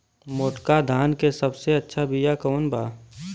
मोटका धान के सबसे अच्छा बिया कवन बा?